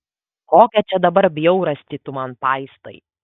kokią čia dabar bjaurastį tu man paistai